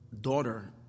daughter